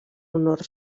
honor